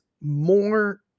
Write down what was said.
more